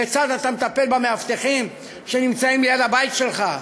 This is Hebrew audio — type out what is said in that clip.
כיצד אתה מטפל במאבטחים שנמצאים ליד הבית שלך.